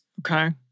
Okay